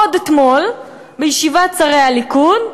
עוד אתמול בישיבת שרי הליכוד,